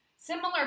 Similar